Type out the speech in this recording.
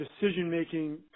decision-making